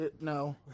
No